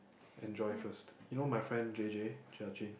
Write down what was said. enjoy first you know my friend J_J Jia-Jun